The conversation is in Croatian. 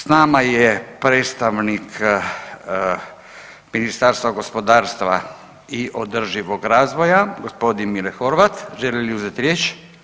S nama je predstavnik Ministarstva gospodarstva i održivog razvoja g. Mile Horvat, želi li uzet riječ?